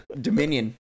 Dominion